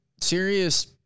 serious